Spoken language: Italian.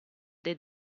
the